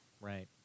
Right